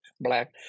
black